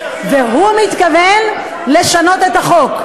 והוא מתכוון לשנות את החוק.